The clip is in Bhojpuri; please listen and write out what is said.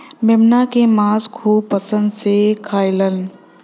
मेमना के मांस खूब पसंद से खाएलन